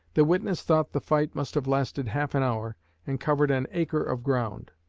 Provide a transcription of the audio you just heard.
the witness thought the fight must have lasted half an hour and covered an acre of ground.